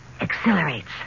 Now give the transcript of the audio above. Accelerates